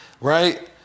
right